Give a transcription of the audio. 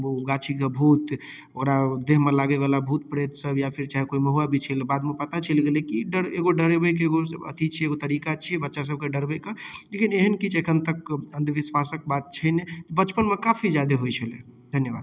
ओ गाछीके भूत ओकरा देहमे लागैवला भूत प्रेतसब या फेर चाहे कोइ महुआ बिछैलए बादमे पता चलि गेलै कि डर एगो डरबैके एगो अथी छिए ओ तरीका छिए बच्चासबके डरबैके लेकिन एहन किछु एखन तऽ अन्धविश्वासके बात छै नहि बचपनमे काफी ज्यादे होइ छलै हँ धन्यवाद